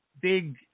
big